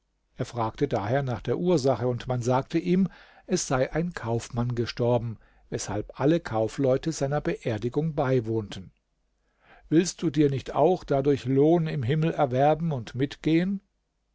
er fragte daher nach der ursache und man sagte ihm es sei ein kaufmann gestorben weshalb alle kaufleute seiner beerdigung beiwohnten willst du dir nicht auch dadurch lohn im himmel erwerben und mitgehen